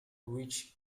which